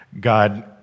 God